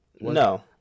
No